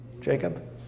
Jacob